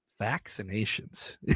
Vaccinations